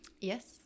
Yes